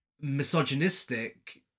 misogynistic